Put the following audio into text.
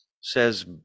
says